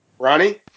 Ronnie